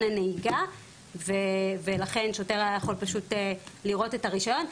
הנהיגה ולכן שוטר היה יכול פשוט לראות את הרישיון,